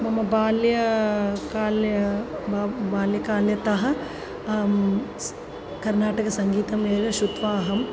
मम बाल्यकालतः ब बाल्यकालतः कर्नाटकसङ्गीतमेर श्रुत्वा अहम्